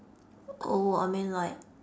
oh I mean like